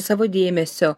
savo dėmesio